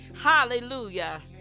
Hallelujah